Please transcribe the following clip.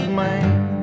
man